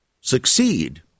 succeed